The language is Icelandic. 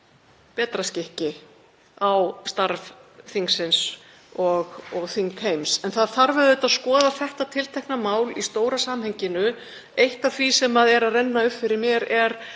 betra skikki á starf þingsins og þingheims. En það þarf auðvitað að skoða þetta tiltekna mál í stóra samhenginu. Eitt af því sem er að renna upp fyrir mér er